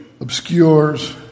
obscures